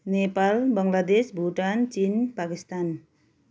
नेपाल बङ्गलादेश भुटान चिन पाकिस्तान